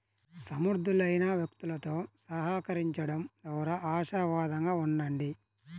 సమర్థులైన వ్యక్తులతో సహకరించండం ద్వారా ఆశావాదంగా ఉండండి